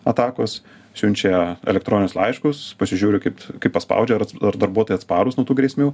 atakos siunčia elektroninius laiškus pasižiūri kaip kaip paspaudžia ar darbuotojai atsparūs nuo tų grėsmių